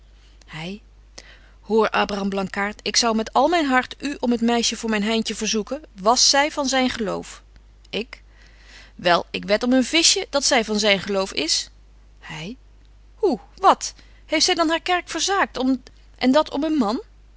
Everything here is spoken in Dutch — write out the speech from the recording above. hy hoor abraham blankaart ik zou met al myn hart u om het meisje voor myn heintje verzoeken was zy van zyn geloof ik wel ik wed om een visje dat zy van zyn geloof is hy hoe wat heeft zy dan haar kerk verzaakt en dat om een man